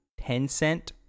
Tencent